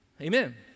Amen